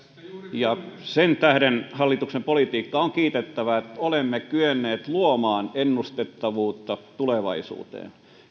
sen tähden hallituksen politiikkaa on kiitettävä että olemme kyenneet luomaan ennustettavuutta tulevaisuuteen